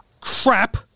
crap